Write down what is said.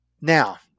Now